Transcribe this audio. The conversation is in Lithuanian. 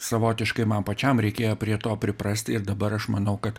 savotiškai man pačiam reikėjo prie to priprasti ir dabar aš manau kad